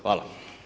Hvala.